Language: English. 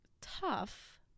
tough